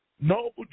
Noble